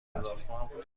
هستیم